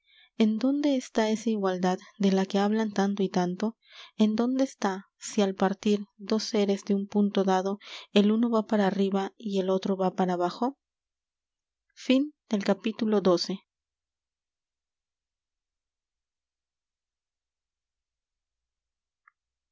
n dónde está esa igualdad de la que hablan tanto y tanto e n donde está si al partir dos seres de un punto dado el uno va para arriba y el otro va para abajo mono miop un